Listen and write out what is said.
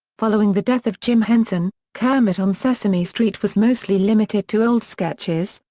following the death of jim henson, kermit on sesame street was mostly limited to old sketches,